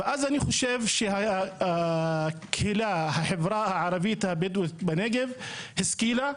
אני חושב, שהחברה הערבית הבדואית בנגב השכילה,